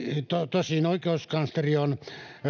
tosin oikeuskansleri on